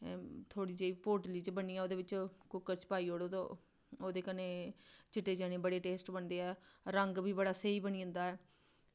थोह्ड़ी जेही पोटली च बन्नियै कुक्कर च पाई ओड़ो ते ओह्दे कन्नै चिट्टे चने बड़े टेस्ट बनदे न रंग बी बड़ा स्हेई बनी जंदा ऐ